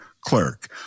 clerk